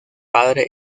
padre